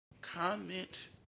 comment